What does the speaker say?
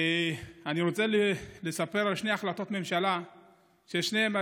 אני רוצה לספר על שתי החלטות ממשלה ששתיהן,